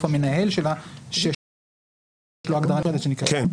המנהל שלה שיש לו הגדרה נפרדת שנקראת מועצה.